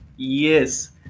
Yes